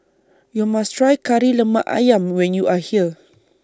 YOU must Try Kari Lemak Ayam when YOU Are here